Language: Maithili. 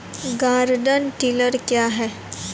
गार्डन टिलर क्या हैं?